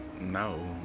no